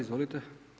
Izvolite.